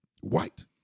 White